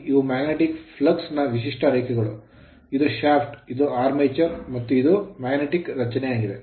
ಇವು magnetic flux magnetic flux ನ ವಿಶಿಷ್ಟ ರೇಖೆಗಳು ಇದು shaft ಶಾಫ್ಟ್ ಇದು armature ಆರ್ಮೇಚರ್ ಮತ್ತು ಇದು magnetic ಕಾಂತೀಯ ರಚನೆಯಾಗಿದೆ